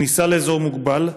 כניסה לאזור מוגבל,